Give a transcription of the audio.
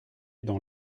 dans